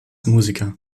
musiker